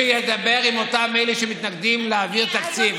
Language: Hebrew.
שידבר עם אותם אלה שמתנגדים להעביר תקציב.